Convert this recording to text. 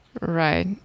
Right